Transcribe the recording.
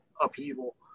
upheaval